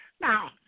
Now